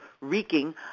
reeking